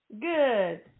Good